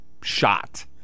shot